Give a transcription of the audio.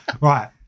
right